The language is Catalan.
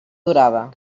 durada